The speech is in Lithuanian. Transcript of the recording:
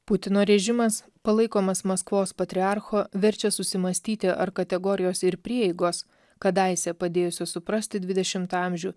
putino režimas palaikomas maskvos patriarcho verčia susimąstyti ar kategorijos ir prieigos kadaise padėjusios suprasti dvidešimtą amžių